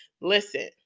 Listen